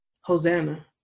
Hosanna